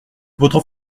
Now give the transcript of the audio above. votre